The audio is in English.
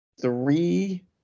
three